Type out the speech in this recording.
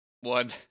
one